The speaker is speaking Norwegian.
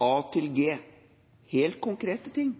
A til G, helt konkrete ting.